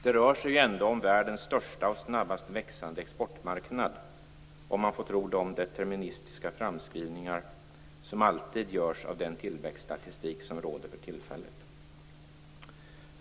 Det rör sig ändå om världens största och snabbast växande exportmarknad, om man får tro de deterministiska framskrivningar som alltid görs av den tillväxtstatistik som råder för tillfället.